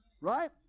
right